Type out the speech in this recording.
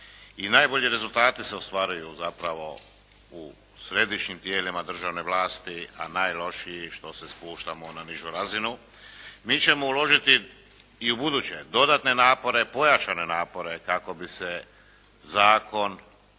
najbolji rezultati se ostvaruju zapravo u središnjim tijelima državne vlasti, a najlošiji što se spuštamo na nižu razinu. Mi ćemo uložiti i ubuduće dodatne napore, pojačane napore kako bi se zakon